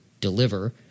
deliver